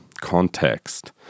context